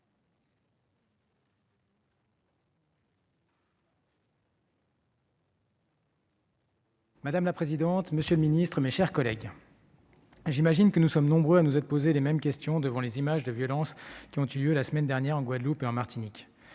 Madame la présidente, monsieur le ministre, mes chers collègues, j'imagine que nous sommes nombreux à nous être posé les mêmes questions devant les images des violences que nous avons vues la semaine dernière en Guadeloupe et en Martinique.